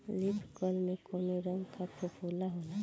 Leaf curl में कौने रंग का फफोला होला?